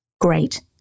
Great